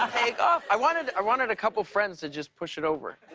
take off. i wanted i wanted a couple friends to just push it over.